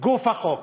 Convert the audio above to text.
גוף החוק,